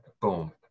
boom